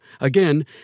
Again